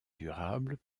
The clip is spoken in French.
durable